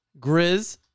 Grizz